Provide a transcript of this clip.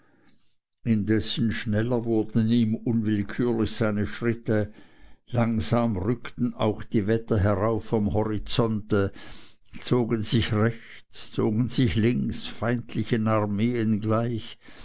indessen schneller wurden ihm unwillkürlich seine schritte langsam rückten auch die wetter herauf am horizonte zogen sich rechts zogen sich links feindlichen armeen gleich